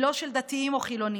היא לא של דתיים או חילונים,